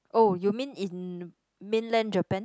oh you mean in mainland Japan